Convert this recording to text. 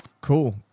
Cool